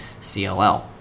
CLL